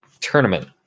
tournament